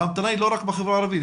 אבל ההמתנה היא לא רק בחברה הערבית,